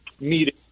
meeting